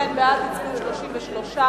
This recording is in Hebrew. בעד הצביעו 33,